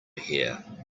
here